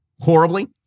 horribly